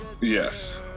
yes